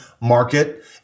market